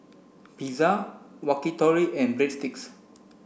Pizza Yakitori and Breadsticks